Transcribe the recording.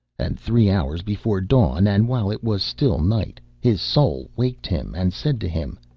and three hours before dawn, and while it was still night, his soul waked him and said to him,